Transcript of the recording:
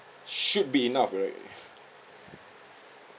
should be enough right